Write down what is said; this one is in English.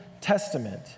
Testament